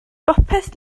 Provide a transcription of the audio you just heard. bopeth